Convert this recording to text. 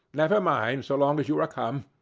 never mind so long as you are come,